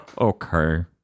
okay